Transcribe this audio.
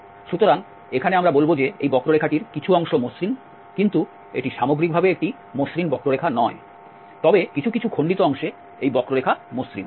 সুতরাং এখানে আমরা বলব যে এই বক্ররেখাটির কিছু অংশ মসৃণ কিন্তু এটি সামগ্রিকভাবে একটি মসৃণ বক্ররেখা নয় তবে কিছু কিছু খন্ডিত অংশে এই বক্ররেখা মসৃণ